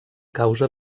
causa